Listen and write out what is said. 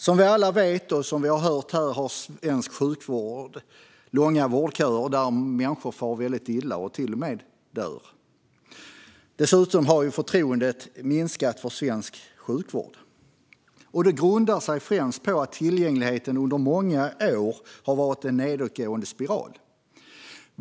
Som vi alla vet och som vi har hört här är det långa köer i svensk sjukvård. Människor far väldigt illa och till och med dör. Dessutom har förtroendet för svensk sjukvård minskat. Det grundar sig främst på att tillgängligheten i många år har varit en nedåtgående spiral.